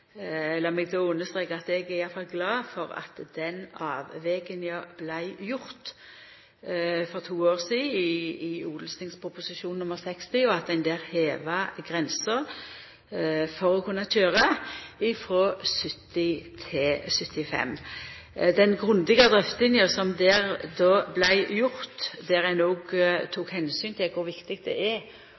understreka at eg i alle fall er glad for at den avveginga vart gjord for to år sidan i Ot.prp. nr. 60 for 2008–2009, der ein heva grensa for å kunna køyra frå 70 til 75 år. Den grundige drøftinga som då vart gjord, der ein òg tok omsyn til kor viktig det er